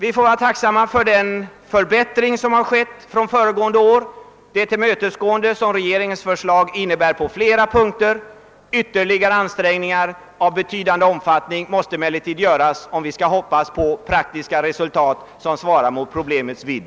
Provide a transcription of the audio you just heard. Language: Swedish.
Vi får vara tacksamma för den förbättring som har skett från föregående år, för det tillmötesgående som regeringens förslag innebär på flera punk ter. Ytterligare ansträngningar av betydande omfattning måste emellertid göras, om vi skall kunna hoppas på praktiska resultat som motsvarar problemets vidd.